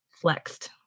flexed